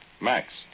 Max